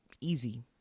Easy